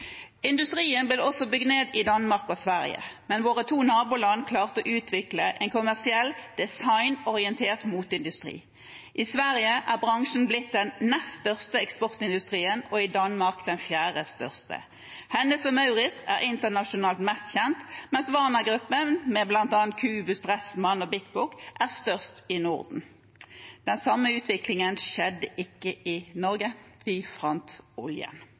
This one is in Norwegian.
Industrien ble også bygd ned i Danmark og i Sverige, men våre to naboland klarte å utvikle en kommersiell, designorientert moteindustri. I Sverige er bransjen blitt den nest største eksportindustrien og i Danmark den fjerde største. Hennes & Mauritz er internasjonalt mest kjent, mens Varner-gruppen, med bl.a. Cubus, Dressmann og Bik Bok, er størst i Norden. Den samme utviklingen skjedde ikke i Norge. Vi fant oljen!